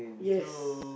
yes